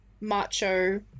macho